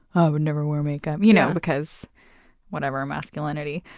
i would never wear makeup, you know because whatever, masculinity.